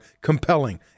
compelling